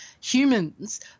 humans